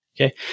Okay